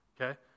Okay